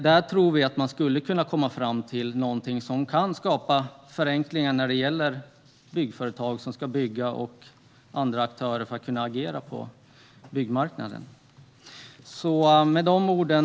Vi tror att vi skulle kunna komma fram till något som kan göra det enklare för byggföretag och andra aktörer att agera på byggmarknaden.